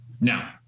Now